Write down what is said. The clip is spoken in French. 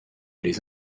les